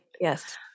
Yes